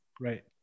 Right